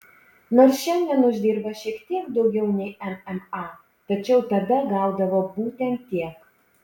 nors šiandien uždirba šiek tiek daugiau nei mma tačiau tada gaudavo būtent tiek